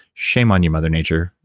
shame on you, mother nature.